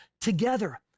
together